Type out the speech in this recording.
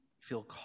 feel